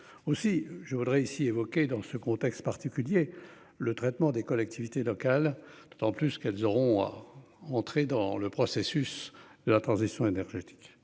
Aussi je voudrais ici évoquer dans ce contexte particulier le traitement des collectivités locales, d'autant plus qu'elles auront à entrer dans le processus de la transition énergétique.